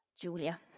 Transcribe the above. Julia